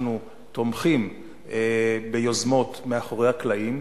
אנחנו תומכים ביוזמות מאחורי הקלעים,